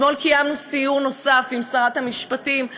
אתמול קיימנו סיור נוסף עם שרת המשפטים.